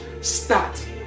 start